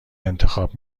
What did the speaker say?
انتخاب